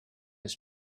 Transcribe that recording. his